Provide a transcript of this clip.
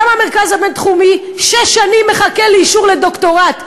למה המרכז הבין-תחומי שש שנים מחכה לאישור לדוקטורט?